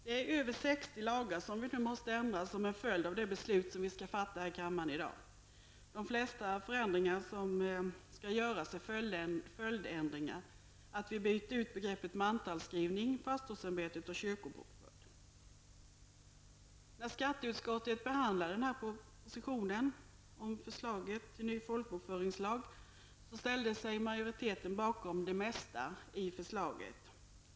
Det är över 60 lagar som vi nu måste ändra på som en följd av det beslut vi skall fatta här i kammaren i dag. De flesta förändringar som skall göras är följdändringar av att vi byter ut begreppen mantalsskrivning, pastorsämbete och kyrkobokförd. När skatteutskottet behandlade den här propositionen om förslaget till ny folkbokföringslag ställde sig majoriteten bakom de mesta i förslaget.